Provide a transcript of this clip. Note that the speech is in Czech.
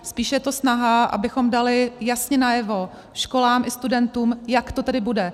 Spíš je to snaha, abychom dali jasně najevo školám i studentům, jak to tedy bude.